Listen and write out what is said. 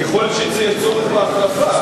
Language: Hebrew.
ככל שיש צורך בהחלפה,